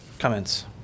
Comments